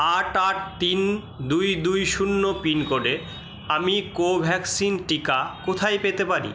আট আট তিন দুই দুই শূন্য পিনকোডে আমি কোভ্যাক্সিন টিকা কোথায় পেতে পারি